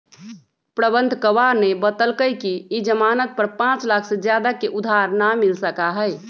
प्रबंधकवा ने बतल कई कि ई ज़ामानत पर पाँच लाख से ज्यादा के उधार ना मिल सका हई